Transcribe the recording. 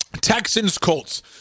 Texans-Colts